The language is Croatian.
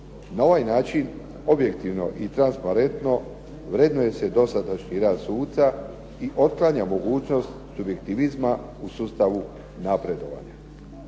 Na ovaj način objektivno i transparentno vrednuje se dosadašnji rad suca i otklanja se mogućnost subjektivizma u sustavu napredovanja.